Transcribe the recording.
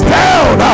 down